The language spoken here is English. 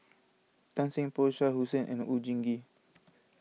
Tan Seng Poh Shah Hussain and Oon Jin Gee